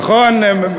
נכון?